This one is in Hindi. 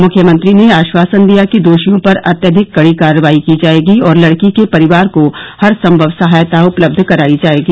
मुख्यमंत्री ने आश्वासन दिया कि दोषियों पर अत्यधिक कडी कार्रवाई की जाएगी और लडकी के परिवार को हरसंभव सहायता उपलब्ध कराई जाएगी